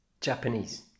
japanese